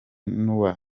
n’uwa